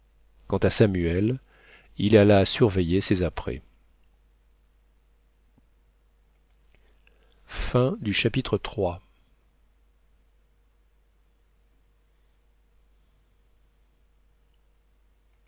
quant à samuel il alla surveiller ses apprêts chapitre